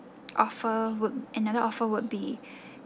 offer would another offer would be